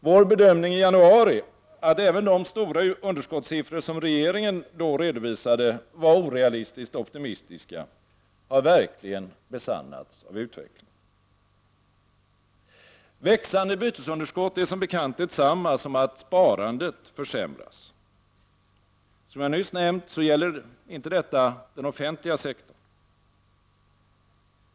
Vår bedömning i januari att även de stora underskottssiffror som regeringen då redovisade var orealistiskt optimistiska har verkligen besannats av utvecklingen. Växande bytesunderskott är som bekant detsamma som att sparandet försämras. Som jag nyss nämnt, gäller inte detta den offentliga sektorn.